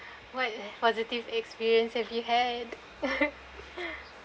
what positive experience have you had